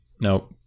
no